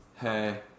hey